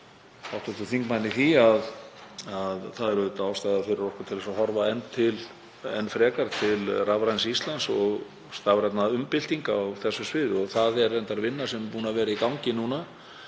hv. þingmanni í því að auðvitað er ástæða fyrir okkur til að horfa enn frekari til rafræns Íslands og stafrænna umbyltinga á þessu sviði. Það er reyndar vinna sem er búin að vera í gangi í